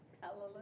Hallelujah